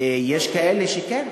אה, יש כאלה שכן.